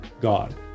God